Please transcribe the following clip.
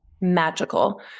magical